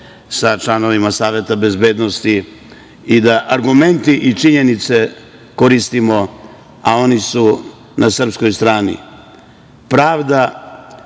sa članovima Saveta bezbednosti i da argumente i činjenice koristimo, a oni su na srpskoj strani. Pravda